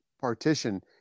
partition